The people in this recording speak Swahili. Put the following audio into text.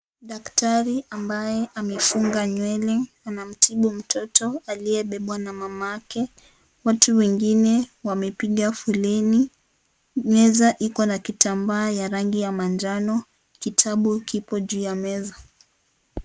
Daktari ambaye amefuga nyewele. Anamtibu mtoto aliyebebwa na mama yake. Watu wengine wamepiga foleni. Meza iko na kitambaa ya rangi ya manjano. Kitabu kipo juu ya meza.